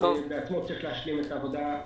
הוא בעצמו צריך להשלים את העבודה.